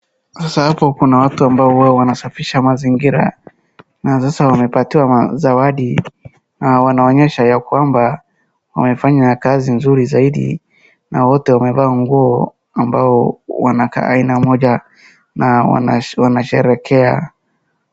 Sasa hapo kuna watu ambao huwa wanasafisha mazingira na sasa wamepatiwa zawadi na wanaonyesha ya kwamba wamefanya kazi nzuri zaidi na wote wamevaa nguo ambao wanakaa aina moja na wanasherehekea.